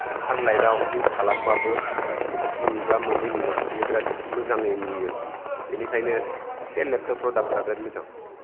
सानलाइताव युस खालामबाबो खोमसि बा मोले नुवा बियो बिरात मोजांयै नुयो बेनिखायनो डेल लेपटप प्रडाकफोरा जोबोद मोजां